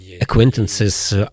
acquaintances